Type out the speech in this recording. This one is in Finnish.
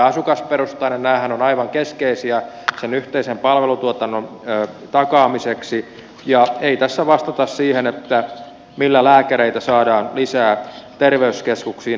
nämähän ovat aivan keskeisiä sen yhteisen palvelutuotannon takaamiseksi ja ei tässä vastata siihen millä lääkäreitä saadaan lisää terveyskeskuksiin